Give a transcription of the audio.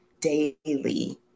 daily